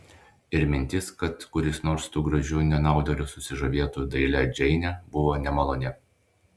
ir mintis kad kuris nors tų gražių nenaudėlių susižavėtų dailia džeine buvo nemaloni